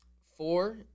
Four